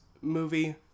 movie